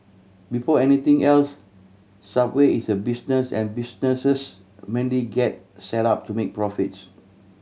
before anything else Subway is a business and businesses mainly get set up to make profits